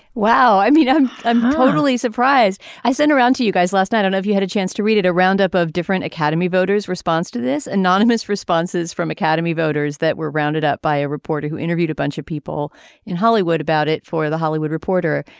well i mean i'm i'm totally surprised i sent around to you guys last night and have you had a chance to read it a roundup of different academy voters response to this anonymous responses from academy voters that were rounded up by a reporter who interviewed a bunch of people in hollywood about it for the hollywood reporter.